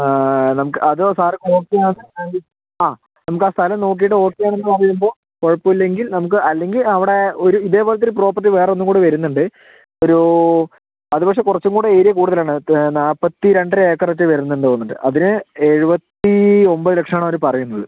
നമുക്ക് അത് സാറ് ഓക്കേയാണെൽ ആ നമുക്കാ സ്ഥലം നോക്കിയിട്ട് ഓക്കേയാണെന്ന് പറയുമ്പോൾ കുഴപ്പമില്ലെങ്കിൽ നമുക്ക് അല്ലെങ്കിൽ അവിടെ ഒരു ഇതേ പോലത്തെയൊരു പ്രോപ്പർട്ടി വേറൊന്നും കൂടി വരുന്നുണ്ട് ഒരൂ അത് പക്ഷേ കുറച്ചും കൂടെ ഏരിയ കൂടുതലാണ് പത്തെ നാപ്പത്തിരണ്ടര ഏക്കറൊക്കെ വരുന്നെന്ന് തോന്നുന്നുണ്ട് അതിന് എഴുപത്തി ഒമ്പത് ലക്ഷമാണ് അവര് പറയുന്നത്